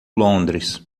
londres